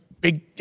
big